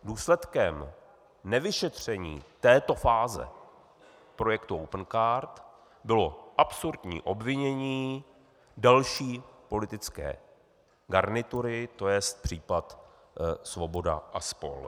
Důsledkem nevyšetření této fáze projektu Opencard bylo absurdní obvinění další politické garnitury, tj. případ Svoboda a spol.